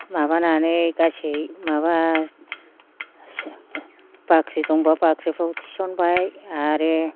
माबानानै गासै माबा बाख्रि दंबा बाख्रिफ्राव थिसनबाय आरो